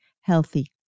healthy